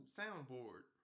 soundboard